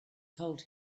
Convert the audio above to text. told